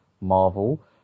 Marvel